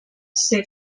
ser